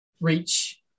reach